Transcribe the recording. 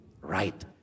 right